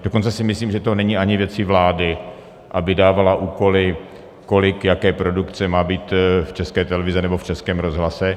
Dokonce si myslím, že to není ani věcí vlády, aby dávala úkoly, kolik jaké produkce má být v České televizi nebo v Českém rozhlase.